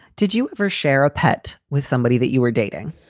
did you ever share a pet with somebody that you were dating.